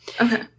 okay